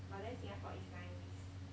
but then singapore is nine weeks